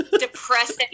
depressing